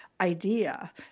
idea